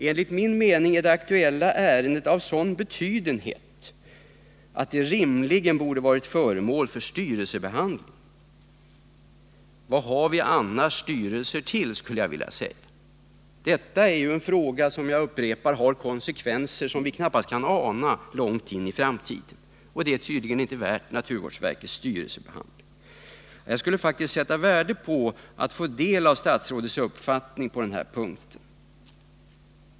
Enligt min mening är det aktuella ärendet av sådan betydenhet att det rimligen borde ha varit föremål för styrelsebehandling. Vad har vi annars styrelser till? skulle jag vilja fråga. Detta är en fråga — jag upprepar det — som långt in i framtiden har konsekvenser som vi knappast kan ana. Men den är tydligen inte värd behandling i naturvårdsverkets styrelse. Jag skulle faktiskt sätta värde på att få del av statsrådets uppfattning på denna punkt.